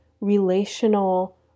relational